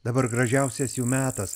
dabar gražiausias jų metas